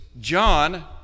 John